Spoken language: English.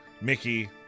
Mickey